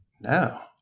no